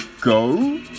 go